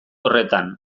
horretan